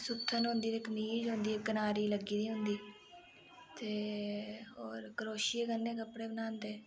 सुत्थन होंदी ते कमीज होंदी कनारी लग्गी दी होंदी ते होर करोशिये कन्नै कपड़े बनांदे